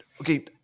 Okay